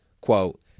Quote